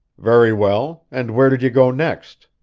very well. and where did you go next?